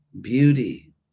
beauty